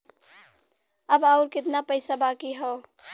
अब अउर कितना पईसा बाकी हव?